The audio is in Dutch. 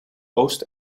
oost